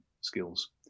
skills